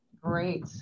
Great